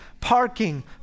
parking